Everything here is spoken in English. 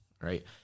right